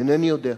אינני יודע.